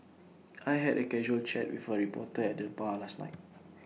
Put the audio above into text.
I had A casual chat with A reporter at the bar last night